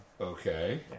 Okay